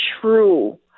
true